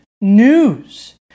news